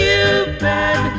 Cupid